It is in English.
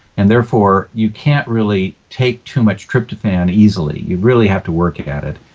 and therefore, you can't really take too much tryptophan easily. you really have to work at it,